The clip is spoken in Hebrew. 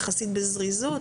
יחסית בזריזות,